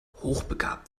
hochbegabt